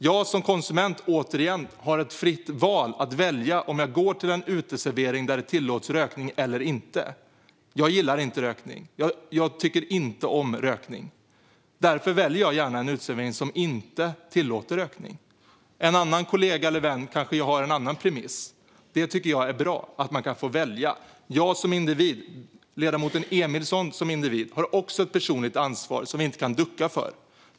Jag som konsument har återigen ett fritt val att välja om jag går till en uteservering där det tillåts rökning eller inte. Jag gillar inte rökning. Jag tycker inte om rökning. Därför väljer jag gärna en uteservering som inte tillåter rökning. En annan kollega eller vän kanske har en annan premiss. Det är bra att man kan få välja. Jag som individ och ledamoten Emilsson som individ har också ett personligt ansvar som vi inte kan ducka för.